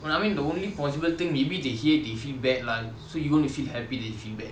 I mean the only possible thing maybe they hear it they feel bad lah so you going to feel happy that they feel bad